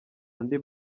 andi